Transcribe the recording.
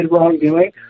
wrongdoing